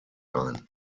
ein